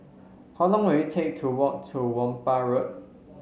how long will it take to walk to Whampoa Road